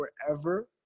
forever